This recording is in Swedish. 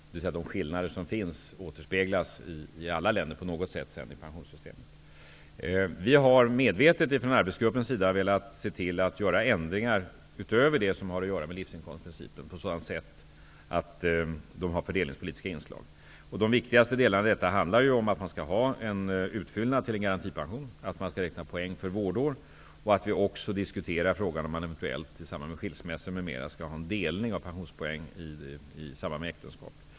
De skillnader som finns återspeglas på något sätt i pensionssystemet i alla länder. Vi har medvetet från arbetsgruppen velat göra ändringar -- utöver dem som har att göra med livsinkomstprincipen -- som har fördelningspolitiska inslag. De viktigaste delarna i detta handlar om att skapa en utfyllnad till en garantipension och att räkna poäng för vårdår. Vi diskuterar också frågan om man i samband med skilsmässor m.m. eventuellt skall göra en delning av pensionspoäng erhållna under tiden för äktenskapet.